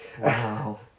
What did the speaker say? Wow